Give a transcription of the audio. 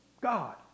God